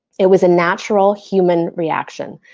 it was a natural human reaction,